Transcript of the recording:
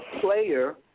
player